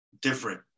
different